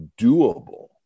doable